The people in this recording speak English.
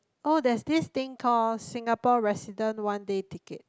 oh there's this thing called Singapore resident one day ticket